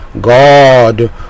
God